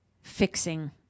fixing